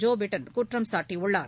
Joe Biden குற்றம் சாட்டியுள்ளார்